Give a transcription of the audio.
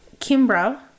kimbra